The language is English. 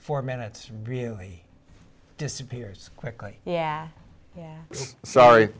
four minutes really disappears quickly yeah yeah sorry